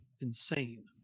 insane